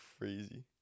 crazy